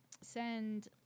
send